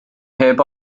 heb